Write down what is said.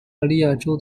巴伐利亚州